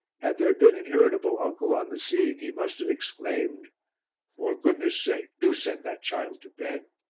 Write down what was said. had there been an irritable uncle on the scene he must have exclaimed for goodness' sake, do send that child to bed.